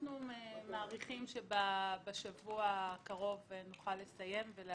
אנחנו מעריכים שבשבוע הקרוב נוכל לסיים ולהפיץ.